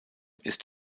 ist